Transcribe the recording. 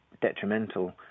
detrimental